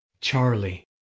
Charlie